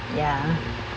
ya